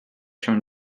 się